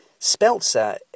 Speltzer